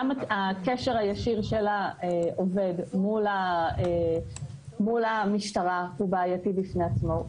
גם הקשר הישיר של העובד מול המשטרה זה בעייתי בפני עצמו,